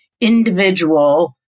individual